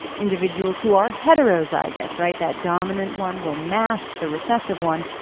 individuals who are heterozygous, right? that dominant one will mask the recessive one.